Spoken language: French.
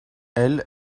elle